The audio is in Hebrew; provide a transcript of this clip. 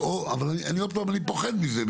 אבל עוד פעם אני פוחד מזה,